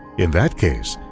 in that case,